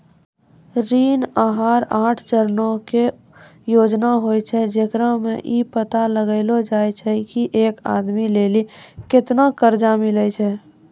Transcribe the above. ऋण आहार आठ चरणो के योजना होय छै, जेकरा मे कि इ पता लगैलो जाय छै की एक आदमी लेली केतना कर्जा मिलै छै